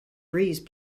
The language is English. breeze